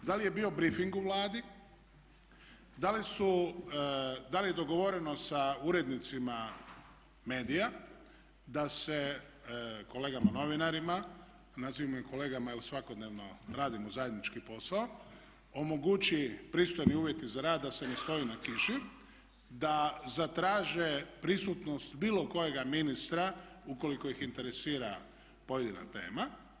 Da li je bio brifing u Vladi, da li je dogovoreno sa urednicima medija da se kolegama novinarima, nazivam ih kolegama jer svakodnevno radimo zajednički posao omogući pristojni uvjeti za rad da se ne stoji na kiši, da zatraže prisutnost bilo kojega ministra ukoliko ih interesira pojedina tema.